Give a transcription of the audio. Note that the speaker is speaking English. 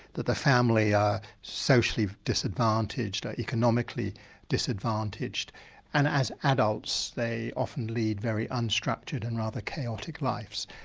that the family are socially disadvantaged, economically disadvantaged and as adults they often lead very unstructured and rather chaotic lives.